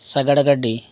ᱥᱟᱜᱟᱲ ᱜᱟᱹᱰᱤ